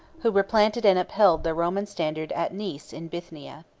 who replanted and upheld the roman standard at nice in bithynia.